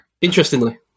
Interestingly